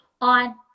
on